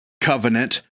covenant